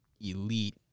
elite